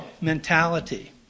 mentality